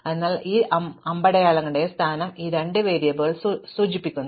അതിനാൽ ഈ രണ്ട് അമ്പടയാളങ്ങളുടെയും സ്ഥാനം ഈ രണ്ട് വേരിയബിളുകൾ സൂചിപ്പിക്കുന്നു